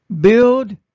Build